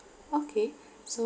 okay so